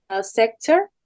sector